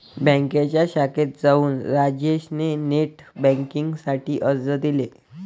बँकेच्या शाखेत जाऊन राजेश ने नेट बेन्किंग साठी अर्ज दिले